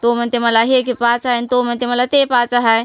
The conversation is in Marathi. तो म्हणते मला हे की पाहायचं आहे आणि तो म्हणते मला ते पाहायचं आहे